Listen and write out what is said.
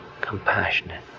Compassionate